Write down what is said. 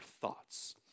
thoughts